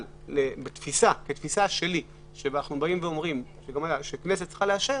אבל כתפיסה שאנחנו אומרים שהכנסת צריכה לאשר,